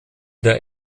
der